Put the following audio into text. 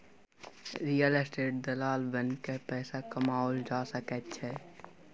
real estate दलाल बनिकए पैसा कमाओल जा सकैत छै